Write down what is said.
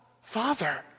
Father